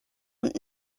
und